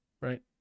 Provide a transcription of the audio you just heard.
Right